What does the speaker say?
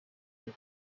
cyo